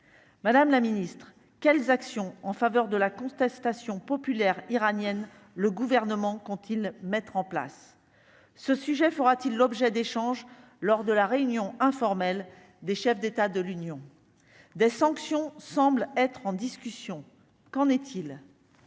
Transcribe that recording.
Madame la Ministre quelles actions en faveur de la contestation populaire iranienne, le gouvernement compte-t-il mettre en place ce sujet fera-t-il l'objet d'échanges lors de la réunion informelle des chefs d'état de l'Union des sanctions semble être en discussion, qu'en est-il.